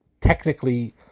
technically